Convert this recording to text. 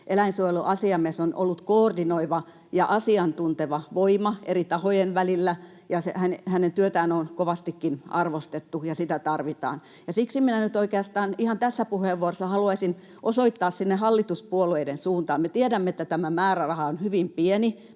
Eläinsuojeluasiamies on ollut koordinoiva ja asiantunteva voima eri tahojen välillä, ja hänen työtään on kovastikin arvostettu, ja sitä tarvitaan. Siksi minä nyt oikeastaan ihan tässä puheenvuorossa haluaisin osoittaa sinne hallituspuolueiden suuntaan. Me tiedämme, että tämä määräraha on hyvin pieni,